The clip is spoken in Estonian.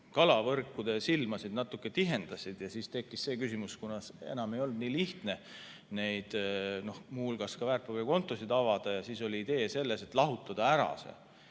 kalavõrkude silmasid natuke tihendasid. Siis tekkis see küsimus, et kuna enam ei olnud nii lihtne muu hulgas ka väärtpaberikontosid avada, siis oli idee selles, et lahutada see